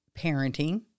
parenting